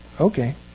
okay